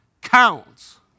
counts